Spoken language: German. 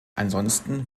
ansonsten